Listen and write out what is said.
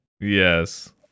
Yes